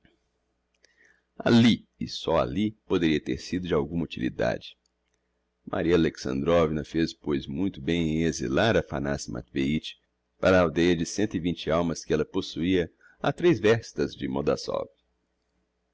alli e só alli poderia ter sido de alguma utilidade maria alexandrovna fez pois muito bem em exilar aphanassi matveich para a aldeia de cento e vinte almas que ella possuia a tres verstas de mordassov